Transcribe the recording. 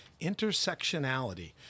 Intersectionality